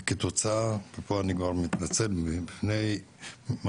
אני מתנצל בפני אלה,